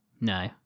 No